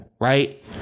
Right